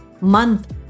month